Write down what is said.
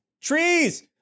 Trees